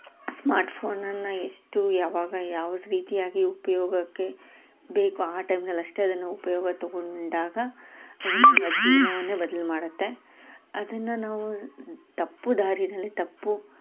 ಸ್ಮಾರ್ಟ್ಫೋನನ್ನು ಎಷ್ಟು ಯಾವಾಗ ಯಾವ ರೀತಿಯಾಗಿ ಉಪಯೋಗಕ್ಕೆ ಬೇಕು ಆ ಟೈಮ್ನಲ್ಲಿ ಅಷ್ಟೇ ಅದನ್ನು ಉಪಯೋಗ ತೊಗೊಂಡಾಗ ಜೀವನವನ್ನೆ ಬದಲು ಮಾಡುತ್ತೆ ಅದನ್ನು ನಾವು ತಪ್ಪು ದಾರಿಯಲ್ಲಿ ತಪ್ಪು